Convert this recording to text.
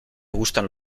gustan